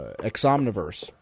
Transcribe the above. Exomniverse